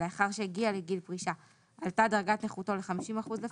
ולאחר שהגיע לגיל פרישה עלתה דרגת נכותו ל-50% לפחות,